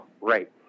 right